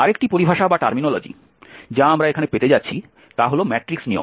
আরেকটি পরিভাষা যা আমরা এখানে পেতে যাচ্ছি তা হল ম্যাট্রিক্স নিয়ম